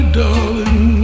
darling